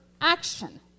action